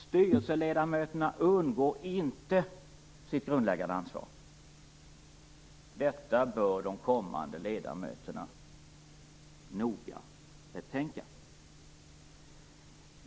Styrelseledamöterna undgår inte sitt grundläggande ansvar. Detta bör de kommande ledamöterna noga betänka.